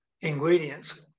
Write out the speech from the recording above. ingredients